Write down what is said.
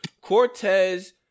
Cortez